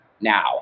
now